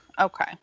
Okay